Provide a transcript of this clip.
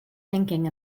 thinking